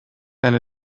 eine